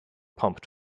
pumped